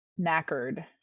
knackered